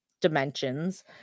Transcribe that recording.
dimensions